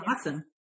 Awesome